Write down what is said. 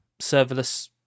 serverless